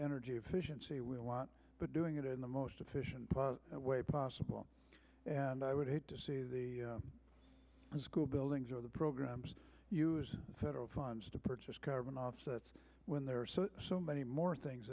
energy efficiency we want but doing it in the most efficient way possible and i would hate to see the school buildings or the programs using federal funds to purchase carbon offsets when there are so many more things